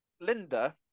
Linda